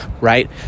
right